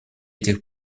этих